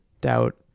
Doubt